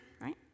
right